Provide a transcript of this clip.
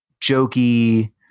jokey